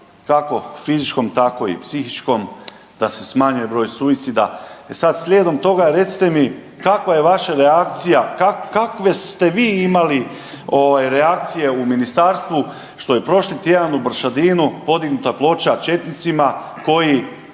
kako fizičkom, tako i psihičkom da se smanji broj suicida i sad slijedom toga recite mi, kakva je vaša reakcija, kakve ste vi imali reakcije u ministarstvu što je prošli tjedan u Bršadinu podignuta ploča četnicima koji